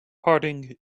parting